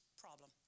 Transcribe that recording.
problem